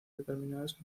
determinadas